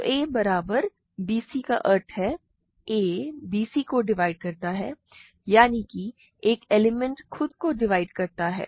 तो a बराबर bc का अर्थ है a bc को डिवाइड करता है यानी कि एक एलिमेंट खुद को डिवाइड करता है